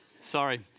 Sorry